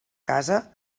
casa